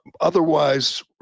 otherwise